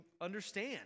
understand